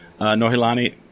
Nohilani